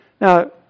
Now